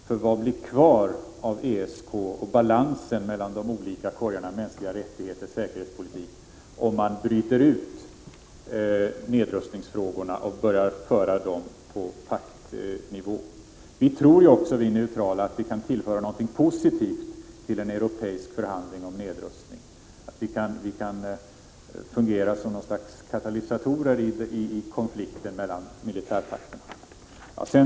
För vad blir kvar av ESK och balansen mellan de olika korgarna — mänskliga rättigheter, säkerhetspolitik — om man bryter ut nedrustningsfrågorna och börjar föra diskussionen om dem på paktnivå? Vi neutrala tror också att vi kan tillföra en europeisk förhandling om nedrustning någonting positivt, att vi kan fungera som något slags katalysatorer i konflikten mellan militärpakterna.